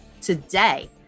today